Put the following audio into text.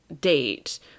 date